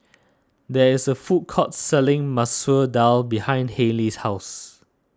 there is a food court selling Masoor Dal behind Hailie's house